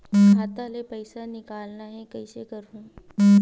खाता ले पईसा निकालना हे, कइसे करहूं?